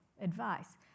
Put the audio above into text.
advice